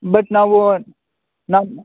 but ನಾವು ನಾವು